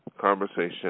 conversation